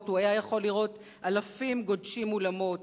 שבועות הוא היה יכול לראות אלפים גודשים אולמות,